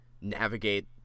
navigate